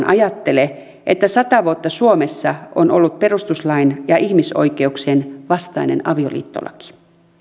ajattele että sata vuotta suomessa on ollut perustuslain ja ihmisoikeuksien vastainen avioliittolaki